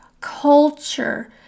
culture